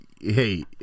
hey